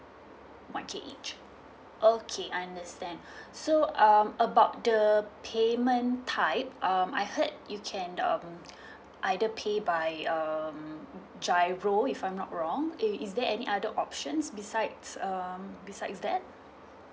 one K each okay understand so um about the payment type um I heard you can um either pay by um giro if I'm not wrong eh is there any other options besides um besides that